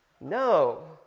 No